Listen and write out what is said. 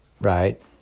right